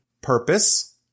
purpose